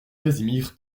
casimir